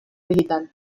digital